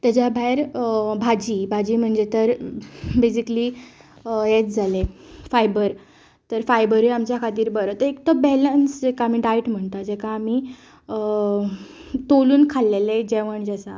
तेज्या भायर भाजी भाजी म्हणजे तर बेजिकली हेंच जालें फायबर तर फायबरूय आमच्या बरें तें एक तर बेलन्स जेका आमी डायट म्हणटा जेका आमी तोलून खाल्लेलें जेवण जें आसा तें